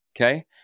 okay